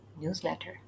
newsletter